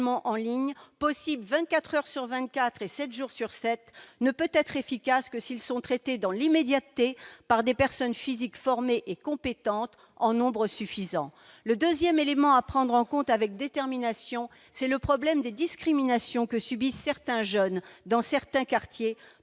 en ligne 24 heures sur 24 et 7 jours sur 7, ne peut être efficace que si ces signalements sont traités immédiatement par des personnes physiques formées et compétentes en nombre suffisant. Deuxièmement, il faut prendre en compte avec détermination le problème des discriminations que subissent certains jeunes dans certains quartiers